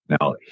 Now